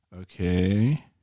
Okay